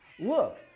Look